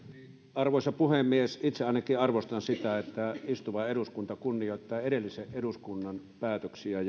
arvoisa puhemies itse ainakin arvostan sitä että istuva eduskunta kunnioittaa edellisen eduskunnan päätöksiä